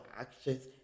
actions